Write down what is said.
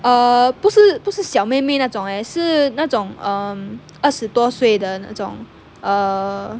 err 不是不是小妹妹那种 leh 是那种 um 二十多岁的那种 err